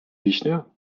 wiśnie